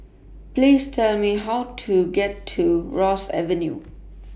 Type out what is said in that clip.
Please Tell Me How to get to Ross Avenue